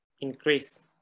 Increase